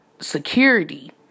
security